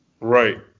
Right